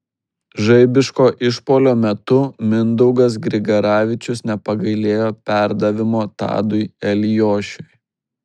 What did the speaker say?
žaibiško išpuolio metu mindaugas grigaravičius nepagailėjo perdavimo tadui eliošiui